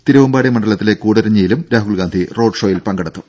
തിരുവമ്പാടി മണ്ഡലത്തിലെ കൂടരഞ്ഞിയിലും രാഹുൽ ഗാന്ധി റോഡ് ഷോയിൽ പങ്കെടുത്തു